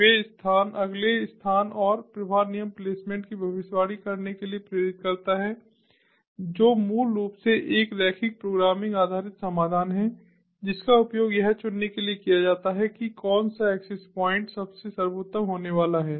वें स्थान अगले स्थान और प्रवाह नियम प्लेसमेंट की भविष्यवाणी करने के लिए प्रेरित करता है जो मूल रूप से एक रैखिक प्रोग्रामिंग आधारित समाधान है जिसका उपयोग यह चुनने के लिए किया जाता है कि कौन सा एक्सेस प्वाइंट सबसे सर्वोत्तम होने वाला है